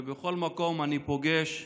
ובכל מקום אני פוגש צעירים,